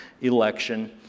election